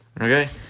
Okay